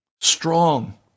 Strong